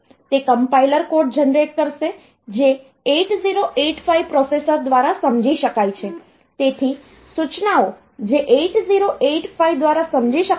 તે compiler code generate કરશે જે 8085 પ્રોસેસર્સ દ્વારા સમજી શકાય છે તેથી સૂચનાઓ જે 8085 દ્વારા સમજી શકાય છે